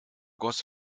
goss